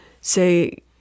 say